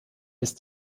ist